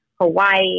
Hawaii